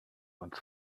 uns